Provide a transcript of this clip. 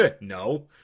No